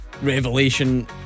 revelation